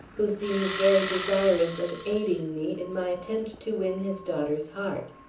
who seems very desirous of aiding me in my attempt to win his daughter's heart.